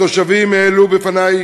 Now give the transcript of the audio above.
התושבים העלו בפני,